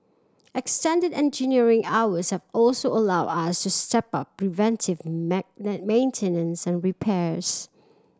extended engineering hours have also allowed us to step up preventive maintenance and repairs